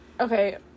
okay